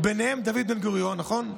ובהם דוד בן-גוריון, נכון?